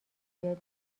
یاد